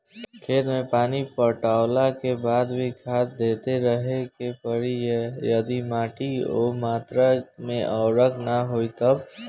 खेत मे पानी पटैला के बाद भी खाद देते रहे के पड़ी यदि माटी ओ मात्रा मे उर्वरक ना होई तब?